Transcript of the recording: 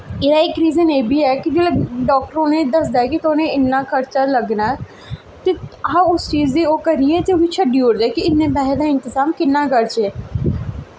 एह्दा इक रीजन एह् बी ऐ कि डाक्टर उ'नें गी दसदा ऐ कि तुसेंगी इन्ना खर्चा लग्गना ऐ ते अस उस चीज गी ओह् करियै ते छड्डी ओड़नें कि इन्ने पैसे दा इंतजाम कि'यां करचै